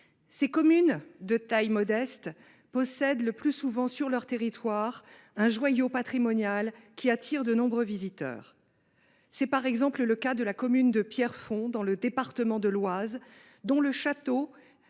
Ces communes de taille modeste possèdent le plus souvent sur leur territoire un joyau patrimonial qui attire de nombreux visiteurs. C’est le cas par exemple de la commune de Pierrefonds, dans le département de l’Oise, dont le château,